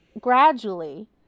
gradually